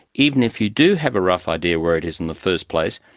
even if you do have a rough idea where it is in the first place,